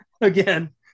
again